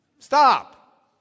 Stop